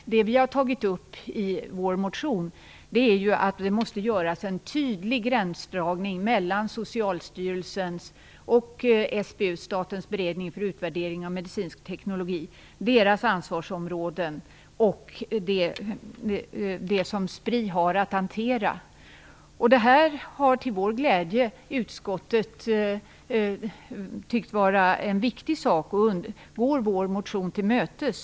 Det vi har tagit upp i vår motion är att det måste göras en tydlig gränsdragning mellan Socialstyrelsens och SBU:s - Statens beredning för utvärdering av medicinsk metodik - ansvarsområden och det som Spri har att hantera. Till vår glädje har utskottet tyckt att det här är en viktig sak och gått vår motion till mötes.